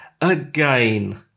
again